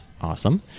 Awesome